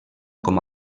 com